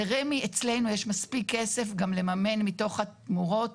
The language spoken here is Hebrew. ל-רמ"י אצלנו יש מספיק כסף גם לממן מתוך התמורות